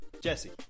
Jesse